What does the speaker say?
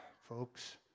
folks